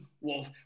wolf